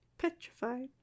petrified